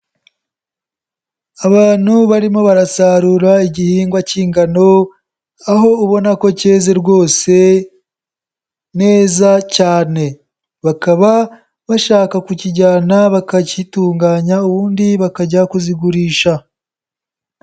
Abantu barimo barasarura igihingwa k'ingano aho ubona ko keze rwose neza cyane. Bakaba bashaka kukijyana bakagitunganya ubundi bakajya kuzigurisha.